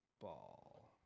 ball